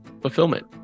fulfillment